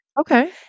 Okay